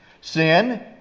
Sin